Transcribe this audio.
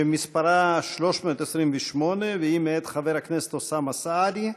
שמספרה 328, והיא מאת חבר הכנסת אוסאמה סעדי.